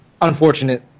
unfortunate